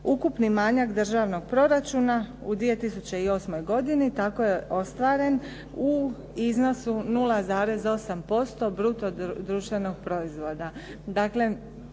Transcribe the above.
Ukupni manjak državnog proračuna u 2008. godini tako je ostvaren u iznosu od 0,8% bruto društvenog proizvoda.